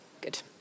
good